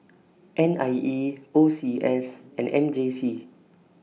N I E O C S and M J C